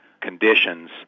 conditions